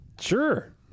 Sure